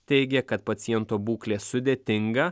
teigė kad paciento būklė sudėtinga